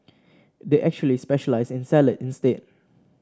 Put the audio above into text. they actually specialise in salad instead